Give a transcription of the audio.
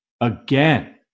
again